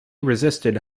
resisted